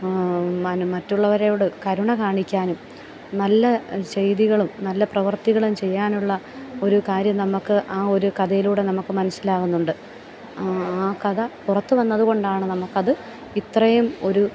മറ്റുള്ളവരോട് കരുണ കാണിക്കാനും നല്ല ചെയ്തികളും നല്ല പ്രവൃത്തികളും ചെയ്യാനുള്ള ഒരു കാര്യം നമുക്ക് ആ ഒരു കഥയിലൂടെ നമുക്ക് മനസ്സിലാവുന്നുണ്ട് ആ കഥ പുറത്ത് വന്നതുകൊണ്ടാണ് നമുക്ക് അത് ഇത്രയും ഒരു